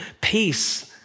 peace